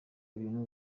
ibintu